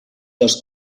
los